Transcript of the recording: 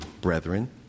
brethren